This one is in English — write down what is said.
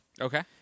Okay